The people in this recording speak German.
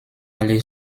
alle